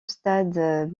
stade